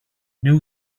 new